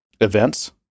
events